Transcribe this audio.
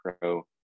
pro